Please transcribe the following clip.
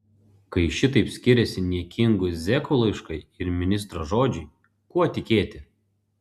kai šitaip skiriasi niekingų zekų laiškai ir ministro žodžiai kuo tikėti